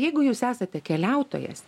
jeigu jūs esate keliautojas